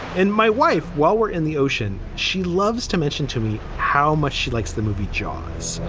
and my wife, while we're in the ocean, she loves to mention to me how much she likes the movie jaws,